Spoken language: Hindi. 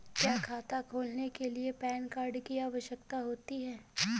क्या खाता खोलने के लिए पैन कार्ड की आवश्यकता होती है?